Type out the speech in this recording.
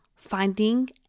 finding